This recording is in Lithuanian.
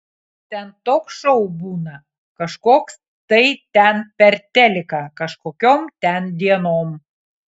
ten toks šou būna kažkoks tai ten per teliką kažkokiom ten dienom